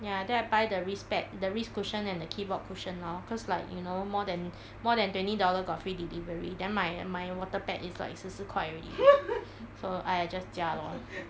ya then I buy the wrist pad the wrist cushion and the keyboard cushion lor cause like you know more than more than twenty dollar then you free delivery then like my water pad is like 十四块 already so I just 加 lor